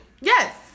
yes